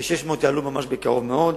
כ-600, יעלו ממש בקרוב מאוד.